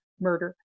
murder